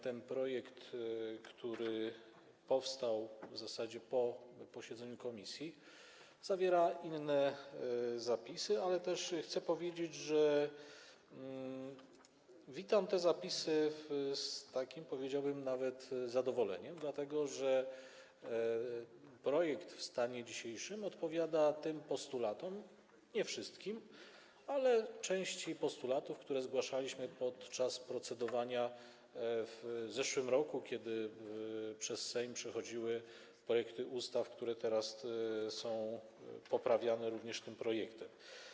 Ten projekt, który powstał w zasadzie po posiedzeniu komisji, zawiera inne zapisy, ale chcę powiedzieć, że witam te zapisy, powiedziałbym, nawet z zadowoleniem, dlatego że projekt w stanie dzisiejszym odpowiada postulatom - nie wszystkim, ale części postulatów - które zgłaszaliśmy podczas procedowania w zeszłym roku, kiedy przez Sejm przechodziły projekty ustaw, które teraz są poprawiane również tym projektem.